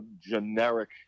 generic